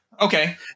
Okay